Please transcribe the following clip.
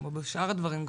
שכמו בשאר הדברים,